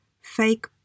fake